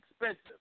expensive